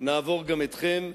נעבור גם אתכם.